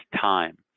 time